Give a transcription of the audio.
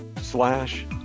slash